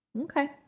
Okay